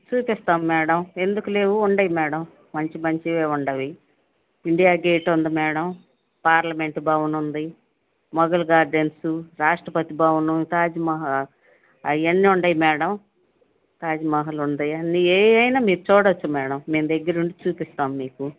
చూపిస్తాము మేడం ఎందుకు లేవు ఉన్నాయి మేడం మంచి మంచివే ఉన్నాయి ఇండియా గేట్ ఉంది మేడం పార్లమెంట్ భవనుంది మొగల్ గార్డెన్సు రాష్ట్రపతి భవను తాజ్మహల్ అవన్నీ ఉన్నాయి మేడం తాజ్మహల్ ఉన్నాయి అన్నీ ఏమైనా మీరు చూడచ్చు మేడం మేము దగ్గరుండి చూపిస్తాము మీకు